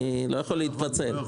אני לא יכול להתפצל.